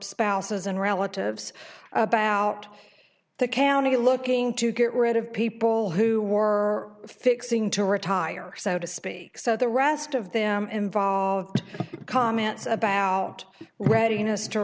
spouses and relatives about the candy looking to get rid of people who war fixing to retire so to speak so the rest of them involved comments about read